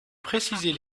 préciser